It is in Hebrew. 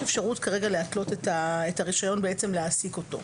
יש אפשרות להתלות את הרישיון להעסיק אותו,